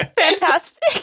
Fantastic